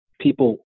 people